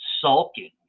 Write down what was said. sulking